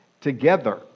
together